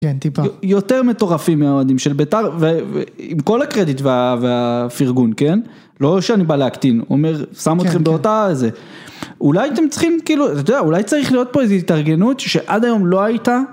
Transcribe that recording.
יותר מטורפים מהאוהדים של בית"ר ועם כל הקרדיט והפרגון כן?, לא שאני בא להקטין, אומר שם אותכם באותה זה, אולי אתם צריכים כאילו, אתה יודע, אולי צריך להיות פה איזו התארגנות שעד היום לא הייתה?